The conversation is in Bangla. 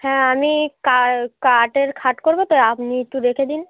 হ্যাঁ আমি কাল কাঠের খাট করবো তাই আপনি একটু রেখে দিন